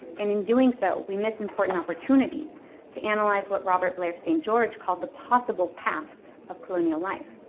and in doing so, we miss important opportunities to analyze what robert blair st. george called the possible pasts of colonial life.